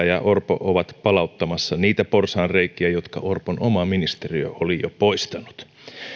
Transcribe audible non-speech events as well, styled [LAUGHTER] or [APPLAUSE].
[UNINTELLIGIBLE] ja orpo ovat palauttamassa niitä porsaanreikiä jotka orpon oma ministeriö oli jo poistanut